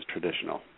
traditional